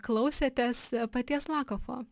klausėtės paties lakofo